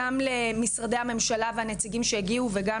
גם למשרדי הממשלה והנציגים שהגיעו וגם